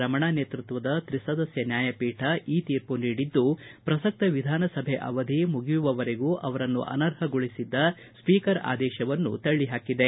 ರಮಣ ನೇತೃತ್ವದ ತ್ರಿಸದಸ್ನ ನ್ನಾಯಪೀಠ ಈ ತೀರ್ಮ ನೀಡಿದ್ದು ಪ್ರಸಕ್ತ ವಿಧಾನಸಭೆ ಅವಧಿ ಮುಗಿಯುವವರೆಗೂ ಅವರನ್ನು ಅನರ್ಹಗೊಳಿಸಿದ್ದ ಸ್ವೀಕರ್ ಆದೇಶವನ್ನು ತಳ್ಳಿ ಹಾಕಿದೆ